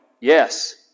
yes